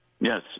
yes